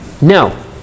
No